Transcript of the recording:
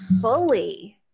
fully